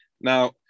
Now